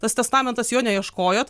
tas testamentas jo neieškojot